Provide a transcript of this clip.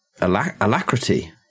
alacrity